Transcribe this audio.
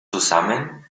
zusammen